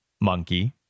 Monkey